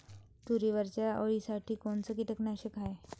तुरीवरच्या अळीसाठी कोनतं कीटकनाशक हाये?